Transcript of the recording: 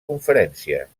conferències